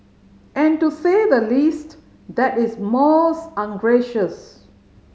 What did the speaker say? and to say the least that is most ungracious